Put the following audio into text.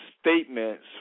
statements